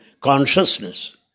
Consciousness